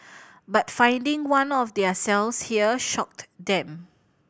but finding one of their cells here shocked them